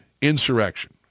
insurrection